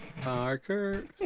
Parker